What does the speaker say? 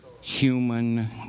human